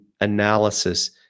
analysis